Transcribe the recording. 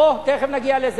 אוה, תיכף נגיע לזה.